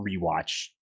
rewatch